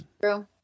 true